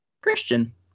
Christian